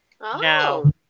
Now